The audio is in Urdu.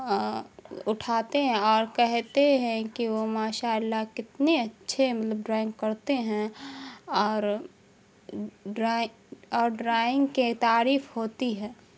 اٹھاتے ہیں اور کہتے ہیں کہ وہ ماشاء اللہ کتنے اچھے مطلب ڈرائنگ کرتے ہیں اور اور ڈرائنگ کے تعریف ہوتی ہے